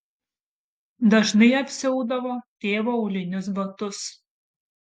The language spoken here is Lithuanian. dažnai apsiaudavo tėvo aulinius batus